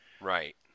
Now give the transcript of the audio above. right